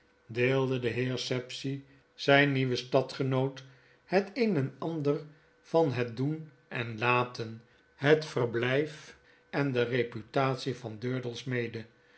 deelde de heer sapsea zijn nieuwen stadgenoot het een en ander van het doen en laten het verblyf en de reputatie van durdels mede